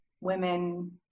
women